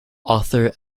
author